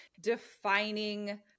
defining